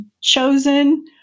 chosen